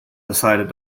decided